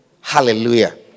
Hallelujah